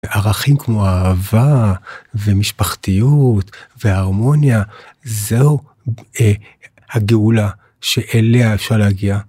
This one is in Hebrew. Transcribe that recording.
ערכים כמו אהבה ומשפחתיות וההרמוניה זהו הגאולה שאליה אפשר להגיע.